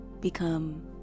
become